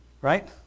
Right